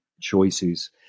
choices